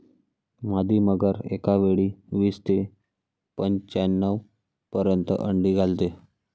मादी मगर एकावेळी वीस ते पंच्याण्णव पर्यंत अंडी घालते